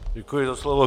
Děkuji za slovo.